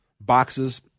Boxes